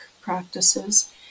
practices